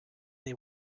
they